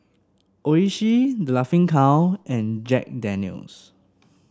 Oishi The Laughing Cow and Jack Daniel's